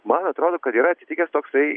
man atrodo kad yra atsitikęs toksai